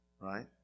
Right